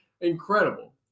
incredible